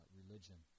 religion